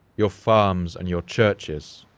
your farms and your churches,